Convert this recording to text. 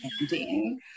ending